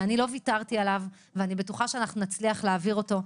שאני לא ויתרתי עליו ואני בטוחה שאנחנו נצליח להעביר אותו.